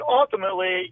ultimately